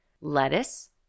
lettuce